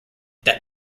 that